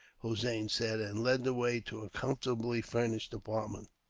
hossein said, and led the way to a comfortably furnished apartment.